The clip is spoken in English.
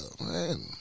man